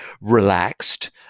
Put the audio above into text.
relaxed